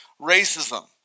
racism